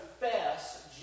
confess